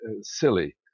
silly